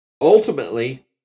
Ultimately